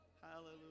Hallelujah